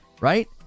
right